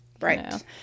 right